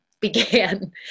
began